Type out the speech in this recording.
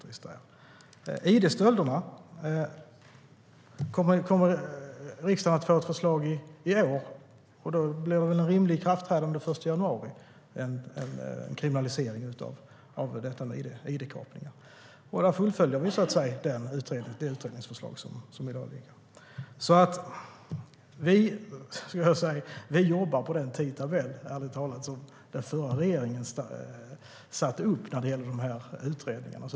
Riksdagen kommer att få ett förslag om id-stölderna i år, och då blir ett rimligt ikraftträdande den 1 januari för en kriminalisering av id-kapningar. Där fullföljer vi det utredningsförslag som finns i dag. Ärligt talat jobbar vi enligt den tidtabell som den förra regeringen satte upp för utredningarna.